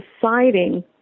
deciding